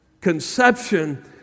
conception